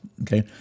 okay